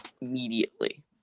immediately